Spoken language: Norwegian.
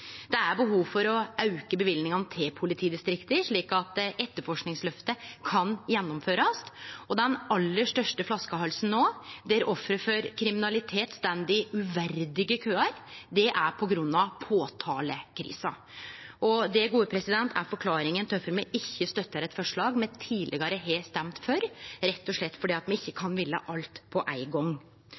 Det er behov for å auke løyvingane til politidistrikta, slik at etterforskingsløftet kan gjennomførast, og den aller største flaskehalsen no, der offer for kriminalitet står i uverdige køar, er på grunn av påtalekrisa. Det er forklaringa på kvifor me ikkje støttar eit forslag me tidlegare har stemt for – rett og slett fordi me ikkje kan ville alt på ein gong.